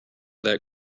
that